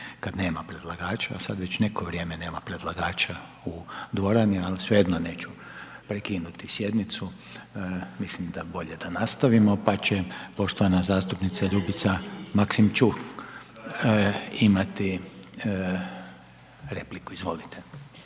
kad nema predlagača, a sad već neko vrijeme nema predlagača u dvorani, al svejedno neću prekinuti sjednicu, mislim da bolje da nastavimo pa će poštovana zastupnica Ljubica Maksimčuk imati repliku. Izvolite.